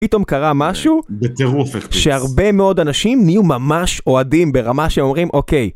פתאום קרה משהו שהרבה מאוד אנשים נהיו ממש אוהדים ברמה שאומרים אוקיי.